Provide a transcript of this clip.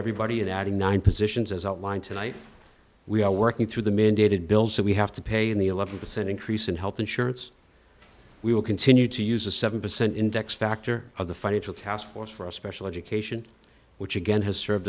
everybody and adding nine positions as outlined tonight we are working through the mandated bills that we have to pay in the eleven percent increase in health insurance we will continue to use the seven percent index factor of the financial taskforce for a special education which again h